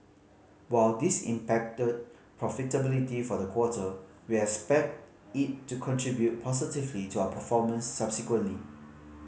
while this impacted profitability for the quarter we expect it to contribute positively to our performance subsequently